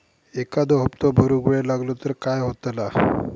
एखादो हप्तो भरुक वेळ लागलो तर काय होतला?